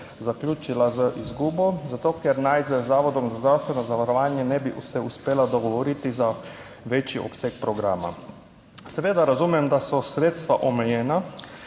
zaključila z izgubo zato, ker naj z Zavodom za zdravstveno zavarovanje ne bi se uspela dogovoriti za večji obseg programa. Seveda razumem, da so sredstva omejena.